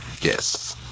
Yes